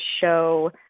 show